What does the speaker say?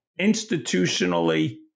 institutionally